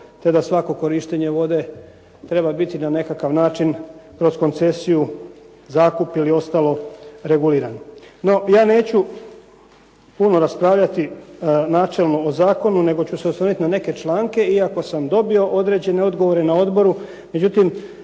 te da svako korištenje vode treba biti na nekakav način, kroz koncesiju, zakup ili ostalo reguliran. No, ja neću puno raspravljati načelno o zakonu nego ću se osvrnuti na neke članke iako sam dobio određene odgovore na odboru međutim